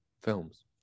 films